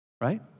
Right